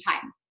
time